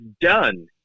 done